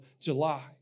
July